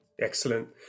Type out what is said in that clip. Excellent